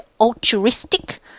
altruistic